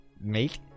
make